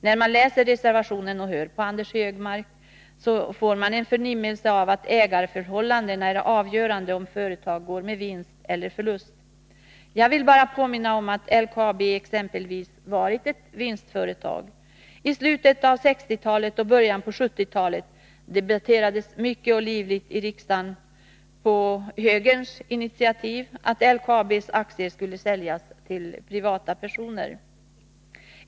När man läser reservationen på denna punkt och hör Anders Högmark får man en förnimmelse av att ägarförhållandena är avgörande för om företaget går med vinst eller förlust. Jag vill bara påminna om att exempelvis LKAB har varit ett vinstföretag. I slutet av 1960-talet och i början av 1970-talet debatterades mycket och livligt i riksdagen, på högerns initiativ, att LKAB:s aktier skulle säljas till privata personer.